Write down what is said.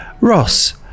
Ross